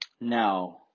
Now